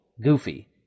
goofy